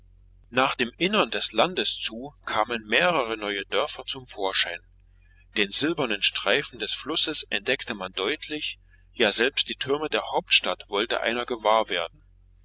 nach dem innern des landes zu kamen mehrere neue dörfer zum vorschein den silbernen streifen des flusses erblickte man deutlich ja selbst die türme der hauptstadt wollte einer gewahr werden